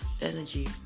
energy